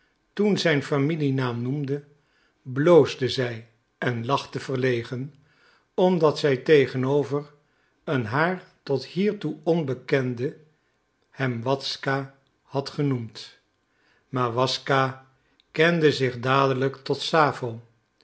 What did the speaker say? toen zijn familienaam noemde bloosde zij en lachte verlegen omdat zij tegenover een haar tot hiertoe onbekende hem waszka had genoemd maar waszka wendde zich dadelijk tot sappho